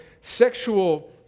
sexual